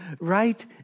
right